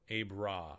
Abra